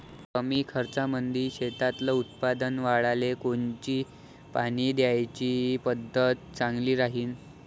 कमी खर्चामंदी शेतातलं उत्पादन वाढाले कोनची पानी द्याची पद्धत चांगली राहीन?